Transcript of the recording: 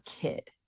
kid